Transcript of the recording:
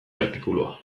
artikulua